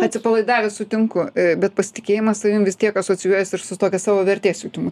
atsipalaidavęs sutinku bet pasitikėjimas savim vis tiek asocijuojasi ir su tokia savo vertės jutimu